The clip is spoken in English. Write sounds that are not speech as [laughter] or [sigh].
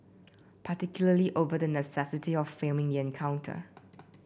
particularly over the necessity of filming encounter [noise]